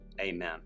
Amen